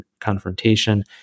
confrontation